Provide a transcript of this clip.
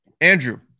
Andrew